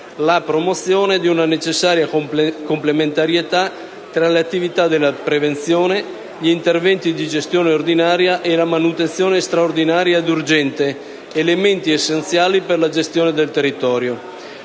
la promozione di una necessaria complementarietà tra le attività di prevenzione, gli interventi di gestione ordinaria e la manutenzione straordinaria ed urgente, elementi essenziali per la gestione del territorio.